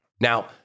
Now